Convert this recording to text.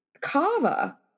kava